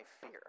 fear